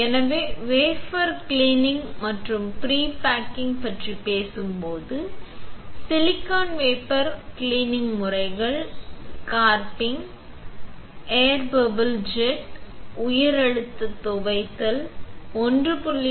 எனவே wafer cleaning மற்றும் pre baking பற்றி பேசும்போது சிலிக்கான் வேஃபர் க்ளீனிங் முறைகள் ஸ்க்ரப்பிங் ஏர் பபிள் ஜெட் உயர் அழுத்த துவைத்தல் 1